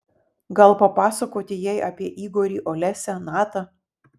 gal papasakoti jai apie igorį olesią natą